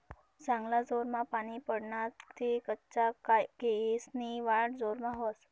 चांगला जोरमा पानी पडना ते कच्चा केयेसनी वाढ जोरमा व्हस